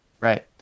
Right